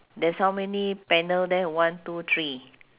there's how many panel there one two three